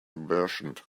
merchant